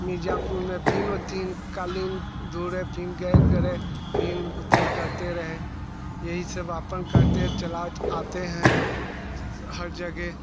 मिर्ज़ापुर में फिर ओथीम क़ालीन धुरे फिर गए करे फिर ओथीम करते रहे यही सब अपन करते चलावत आते हैं हर जगेह